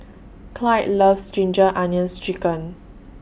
Clide loves Ginger Onions Chicken